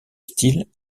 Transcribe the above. style